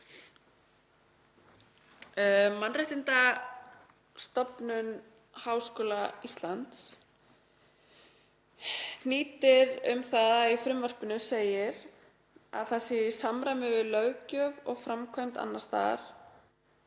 Mannréttindastofnun Háskóla Íslands hnýtir einnig í að í frumvarpinu segir að það sé í samræmi við löggjöf og framkvæmd annars staðar